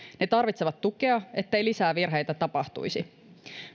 ne tarvitsevat tukea ettei lisää virheitä tapahtuisi